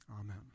Amen